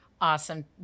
Awesome